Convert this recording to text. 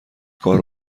کار